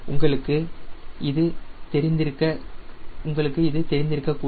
உங்களுக்கு தெரிந்திருக்க கூடும்